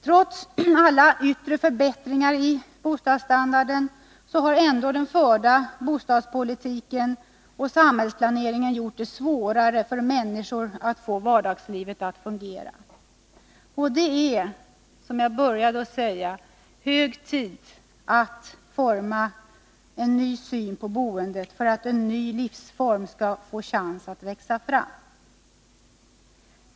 Trots alla yttre förbättringar i bostadsstandarden, har ändå den förda bostadspolitiken och samhällsplaneringen gjort det svårare för människor att få vardagslivet att fungera. Det är, som jag inledde med att säga, hög tid att börja forma en ny syn på boendet, för att en ny livsform skall få chans att växa fram.